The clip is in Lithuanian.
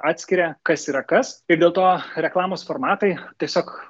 atskiria kas yra kas ir dėl to reklamos formatai tiesiog